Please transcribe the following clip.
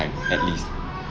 at least